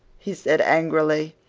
he said angrily,